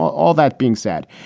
all that being said,